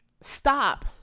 stop